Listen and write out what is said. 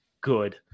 good